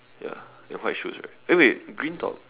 ya white shoes right eh wait green top